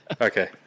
okay